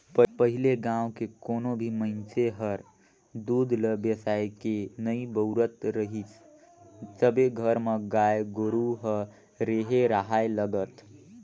पहिले गाँव के कोनो भी मइनसे हर दूद ल बेसायके नइ बउरत रहीस सबे घर म गाय गोरु ह रेहे राहय लगत